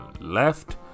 left